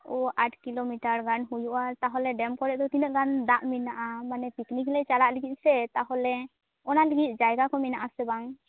ᱳᱻ ᱟᱴ ᱠᱤᱞᱳᱢᱤᱴᱟᱨ ᱜᱟᱱ ᱦᱩᱭᱩᱜᱼᱟ ᱛᱟᱦᱚᱞᱮ ᱰᱮᱹᱢ ᱠᱚᱨᱮ ᱫᱚ ᱛᱤᱱᱟᱹ ᱜᱟᱱ ᱫᱟᱜ ᱢᱮᱱᱟᱜᱼᱟ ᱢᱟᱱᱮ ᱯᱤᱠᱱᱤᱠᱞᱮ ᱪᱟᱞᱟᱜ ᱥᱮ ᱛᱟᱦᱚᱞᱮ ᱚᱱᱟ ᱞᱮᱜᱮ ᱡᱟᱭᱜᱟᱠᱚ ᱢᱮᱱᱟᱜᱼᱟ ᱥᱮ ᱵᱟᱝ